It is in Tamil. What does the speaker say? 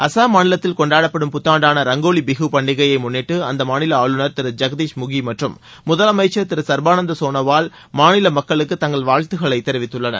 அசாம் மாநிலத்தில் கொண்டாடப்படும் புத்தாண்டான ரங்கோலி பிகு பண்டிகையை முன்னிட்டு அந்த மாநில ஆளுநர் திரு ஐகதீஷ் முகி மற்றும் முதலமைச்ச் திரு ச்பானந்த சோனோவால் மாநில மக்களுக்கு தங்களது வாழ்த்துக்களை தெரவித்துள்ளனர்